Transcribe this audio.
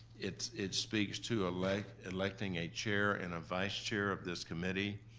it it speaks to ah like electing a chair and a vice chair of this committee.